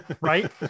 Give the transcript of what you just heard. right